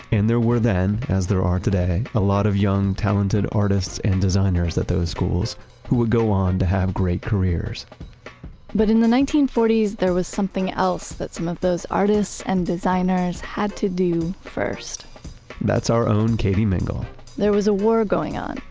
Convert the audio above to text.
and there were then, as there are today, a lot of young talented artists and designers at those schools who would go on to have great careers but in the nineteen forty s there was something else that some of those artists and designers had to do first that's our own katie mingle there was a war going on,